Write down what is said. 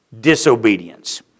disobedience